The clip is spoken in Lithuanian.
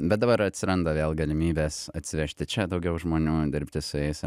bet dabar atsiranda vėl galimybės atsivežti čia daugiau žmonių dirbti su jais